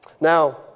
Now